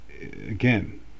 Again